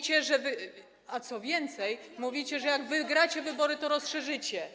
Co więcej, mówicie, że jak wygracie wybory, to rozszerzycie.